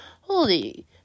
Holy